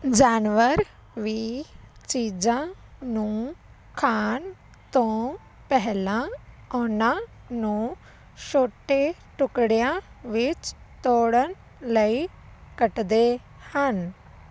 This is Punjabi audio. ਜਾਨਵਰ ਵੀ ਚੀਜ਼ਾਂ ਨੂੰ ਖਾਣ ਤੋਂ ਪਹਿਲਾਂ ਉਨ੍ਹਾਂ ਨੂੰ ਛੋਟੇ ਟੁਕੜਿਆਂ ਵਿੱਚ ਤੋੜਨ ਲਈ ਕੱਟਦੇ ਹਨ